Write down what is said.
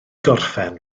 gorffen